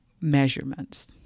measurements